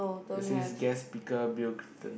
they says guest speaker Bill Clinton